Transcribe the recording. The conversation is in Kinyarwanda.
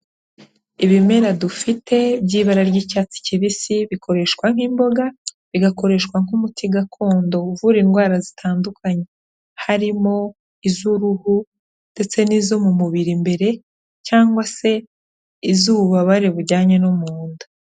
Ibimera dufite by'ibara ry'icyatsi kibisi bikoreshwa nk'imboga, bigakoreshwa nk'umuti gakondo uvura indwara zitandukanye, harimo iz'uruhu ndetse n'izo mu mubiri imbere cyangwa se iz'ububabare bujyanye no mu nda.